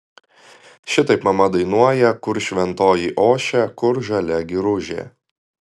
šitaip mama dainuoja kur šventoji ošia kur žalia giružė